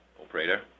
Operator